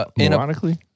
ironically